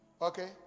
Okay